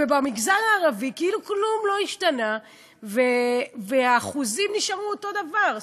ובמגזר הערבי כאילו כלום לא השתנה והאחוזים נשארו אותו דבר.